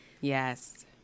Yes